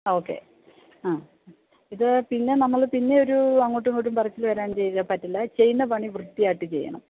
ആ ഓക്കെ ആ ഇത് പിന്നെ നമ്മൾ പിന്നെ ഒരു അങ്ങോട്ടും ഇങ്ങോട്ടും പറച്ചിൽ വരാൻ ചെയ്യാൻ പറ്റില്ല ചെയ്യുന്ന പണി വൃത്തിയായിട്ട് ചെയ്യണം